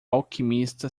alquimista